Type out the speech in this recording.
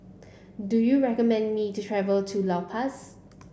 do you recommend me to travel to La Paz